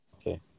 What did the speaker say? Okay